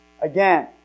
again